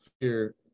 fear